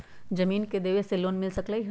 जमीन देवे से लोन मिल सकलइ ह?